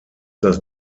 das